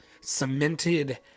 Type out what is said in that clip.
cemented